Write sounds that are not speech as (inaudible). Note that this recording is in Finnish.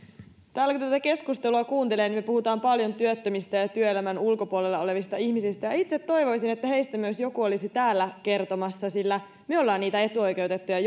kun tätä keskustelua kuuntelee niin me puhumme paljon työttömistä ja ja työelämän ulkopuolella olevista ihmisistä itse toivoisin että heistä myös joku olisi täällä kertomassa sillä me olemme niitä etuoikeutettuja (unintelligible)